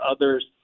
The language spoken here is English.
others